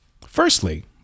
Firstly